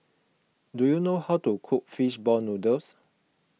do you know how to cook Fish Ball Noodles